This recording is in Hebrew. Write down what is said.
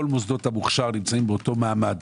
כל מוסדות המוכשר נמצאים באותו מעמד.